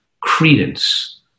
credence